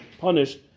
punished